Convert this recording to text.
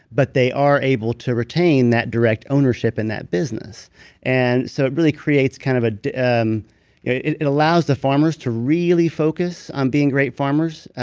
but they are able to retain that direct ownership in that business and so it really creates. kind of ah um it it allows the farmers to really focus on being great farmers,